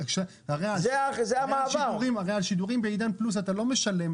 הרי על שידורים בעידן פלוס אתה לא משלם